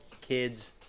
kids